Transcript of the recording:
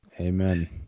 amen